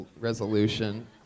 resolution